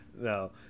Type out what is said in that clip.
No